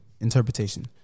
interpretation